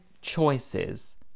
choices